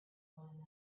one